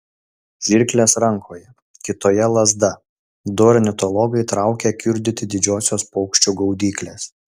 žirklės rankoje kitoje lazda du ornitologai traukia kiurdyti didžiosios paukščių gaudyklės